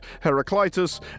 Heraclitus